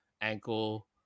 ankle